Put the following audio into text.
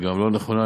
וגם לא נכונות,